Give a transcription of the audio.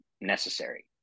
necessary